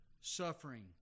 suffering